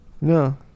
No